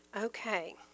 Okay